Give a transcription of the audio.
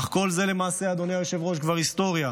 אך כל זה, למעשה, אדוני היושב-ראש, כבר היסטוריה.